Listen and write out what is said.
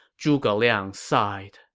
zhuge liang sighed